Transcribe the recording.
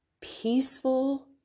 peaceful